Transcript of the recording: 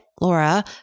Laura